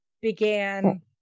began